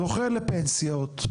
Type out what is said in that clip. זוכה לפנסיות,